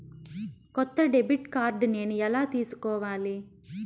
కొత్త debit card నేను ఎలా తీసుకోవాలి?